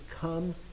come